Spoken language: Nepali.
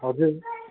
हजुर